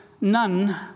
none